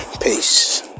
peace